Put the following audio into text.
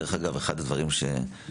דרך אגב, אחד הדברים שהועלו,